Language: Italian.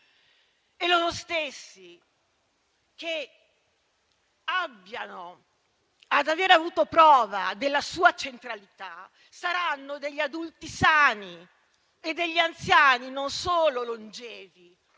Loro stessi, che abbiano ad aver avuto prova della sua centralità, saranno degli adulti sani e degli anziani non solo longevi,